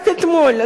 רק אתמול.